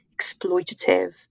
exploitative